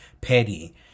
petty